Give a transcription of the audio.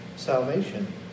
Salvation